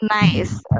nice